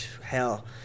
hell